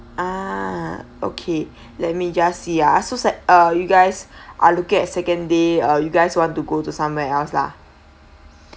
ah okay let me just see ah so sec~ uh you guys are look at second day uh you guys want to go to somewhere else lah